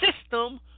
system